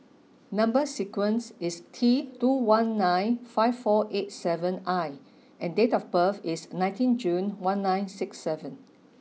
number sequence is T two one nine five four eight seven I and date of birth is nineteen June one nine six seven